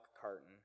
carton